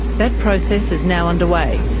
that process is now underway,